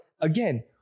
again